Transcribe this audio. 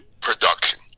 Production